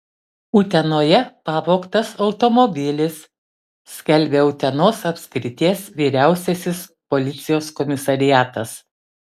utenoje pavogtas automobilis skelbia utenos apskrities vyriausiasis policijos komisariatas